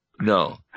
No